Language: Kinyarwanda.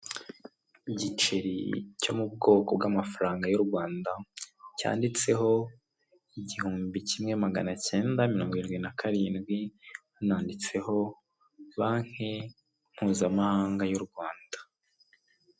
Igiceri cyo mu bwoko bw'amafaranga y'u Rwanda, cyanditseho igihumbi kimwe magana cyenda mirongo irinwi na karindwi, hano handitseho banki mpuzamahanga y'u Rwanda.